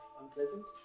unpleasant